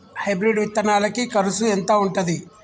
Hybrid విత్తనాలకి కరుసు ఎంత ఉంటది?